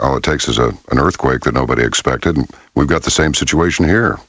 all it takes is a an earthquake that nobody expected and we've got the same situation here